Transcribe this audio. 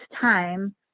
time